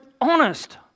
honest